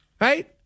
Right